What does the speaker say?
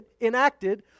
enacted